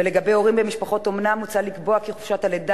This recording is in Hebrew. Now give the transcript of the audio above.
ולגבי הורים במשפחות אומנה מוצע לקבוע כי חופשת הלידה